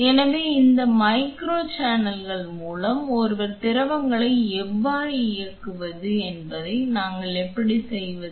எனவே இந்த மைக்ரோ சேனல்கள் மூலம் ஒருவர் திரவங்களை எவ்வாறு இயக்குவது என்பதை நாங்கள் எப்படி செய்வது